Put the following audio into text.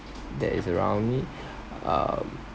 that is around me um